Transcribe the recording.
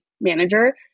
manager